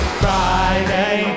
friday